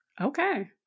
Okay